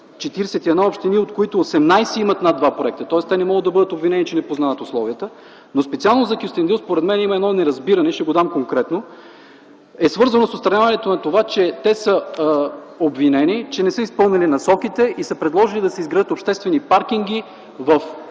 41 общини, от които 18 имат над два проекта, тоест те не могат да бъдат обвинени, че не познават условията. Според мен, специално за Кюстендил, има едно неразбиране, ще го дам конкретно, свързано с отстраняването на това, че те са обвинени, че не са изпълнени насоките и са предложили да се изградят обществени паркинги в